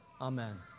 Amen